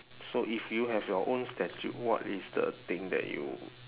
so if you have your own statue what is the thing that you